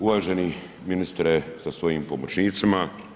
Uvaženi ministre sa svojim pomoćnicima.